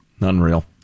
Unreal